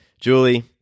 Julie